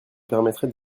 permettrait